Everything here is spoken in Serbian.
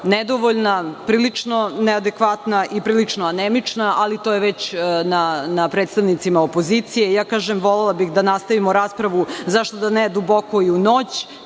nedovoljna, prilično neadekvatna i prilično anemična, ali to je već na predstavnicima opozicije. Kažem, volela bih da nastavimo raspravu. Zašto da ne i duboko u noć?